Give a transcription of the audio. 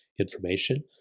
information